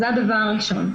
זה הדבר הראשון.